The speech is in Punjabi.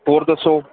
ਹੋਰ ਦੱਸੋ